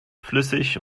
flüssig